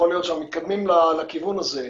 יכול להיות שאנחנו מתקדמים לכיוון הזה,